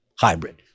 hybrid